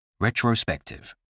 Retrospective